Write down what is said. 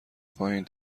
پایین